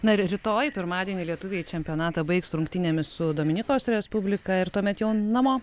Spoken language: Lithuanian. na ir rytoj pirmadienį lietuviai čempionatą baigs rungtynėmis su dominikos respublika ir tuomet jau namo